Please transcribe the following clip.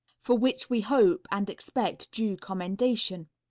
for which we hope and expect due commendation.